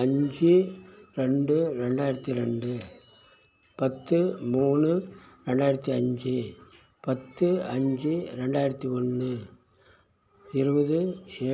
அஞ்சு ரெண்டு ரெண்டாயிரத்தி ரெண்டு பத்து மூணு ரெண்டாயிரத்தி அஞ்சு பத்து அஞ்சு ரெண்டாயிரத்தி ஒன்று இருபது